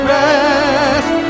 rest